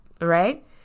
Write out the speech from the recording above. right